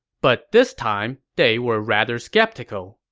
but this time, they were rather skeptical.